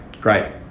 great